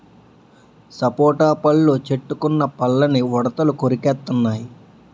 సపోటా పళ్ళు చెట్టుకున్న పళ్ళని ఉడతలు కొరికెత్తెన్నయి